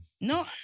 No